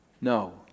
No